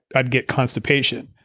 i'd get constipation.